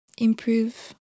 improve